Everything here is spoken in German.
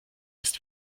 ist